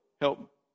Help